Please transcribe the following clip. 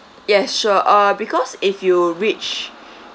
yes sure uh because if you reach